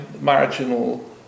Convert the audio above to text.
marginal